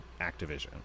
Activision